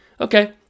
Okay